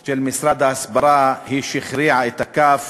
של משרד ההסברה היא שהכריעה את הכף